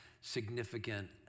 significant